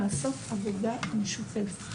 לעשות עבודה משותפת.